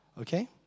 Okay